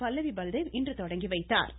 பல்லவி பல்தேவ் இன்று தொடங்கி வைத்தாா்